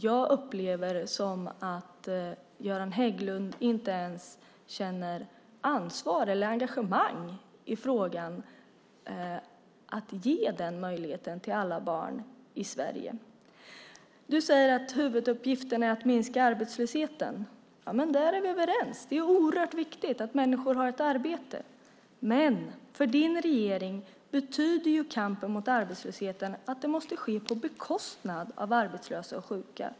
Jag upplever det som att Göran Hägglund inte ens känner ansvar eller engagemang i frågan att ge den möjligheten till alla barn i Sverige. Du säger att huvuduppgiften är att minska arbetslösheten. Där är vi överens. Det är oerhört viktigt att människor har ett arbete. Men för din regering betyder kampen mot arbetslösheten att det måste ske på bekostnad av arbetslösa och sjuka.